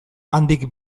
handik